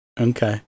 Okay